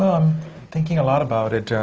i'm thinking a lot about it,